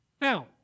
Now